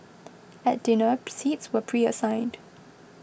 at dinner seats were preassigned